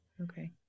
Okay